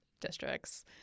districts